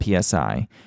PSI